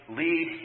lead